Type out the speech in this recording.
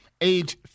age